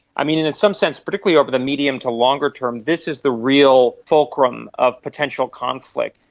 i mean, in some sense, particularly over the medium to longer term, this is the real fulcrum of potential conflict.